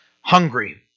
Hungry